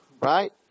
right